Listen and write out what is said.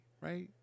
right